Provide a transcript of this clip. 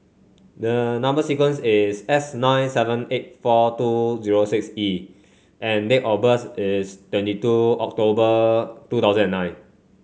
the number sequence is S nine seven eight four two zero six E and date of birth is twenty two October two thousand and nine